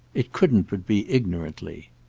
it couldn't but be ignorantly.